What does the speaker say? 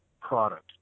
product